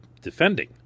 defending